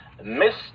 Miss